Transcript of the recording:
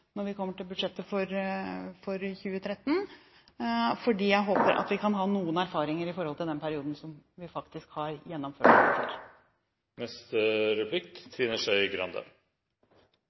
når vi kommer til budsjettet for 2013, for da håper jeg vi har noen erfaringer fra den perioden vi faktisk har gjennomført. Det jeg ikke får helt taket på, er: Når man har åpnet for